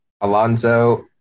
Alonso